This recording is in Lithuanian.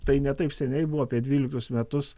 tai ne taip seniai buvo apie dvyliktus metus